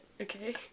Okay